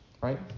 right